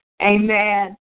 amen